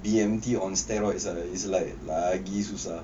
B_M_T on steroids ah is like lagi susah